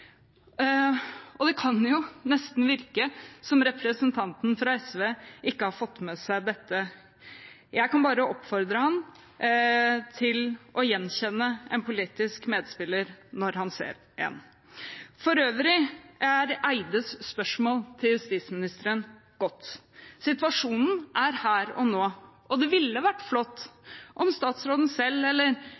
spesialhelsetjenesten. Det kan nesten virke som om representanten fra SV ikke har fått med seg dette. Jeg kan bare oppfordre ham til å gjenkjenne en politisk medspiller når han ser en. For øvrig er Eides spørsmål til justisministeren godt. Situasjonen er her og nå, og det ville vært flott om statsråden selv eller